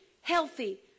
healthy